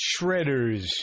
shredders